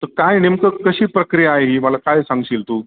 तर काय नेमकं कशी प्रक्रिया आहे ही मला काय सांगशील तू